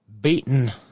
beaten